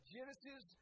Genesis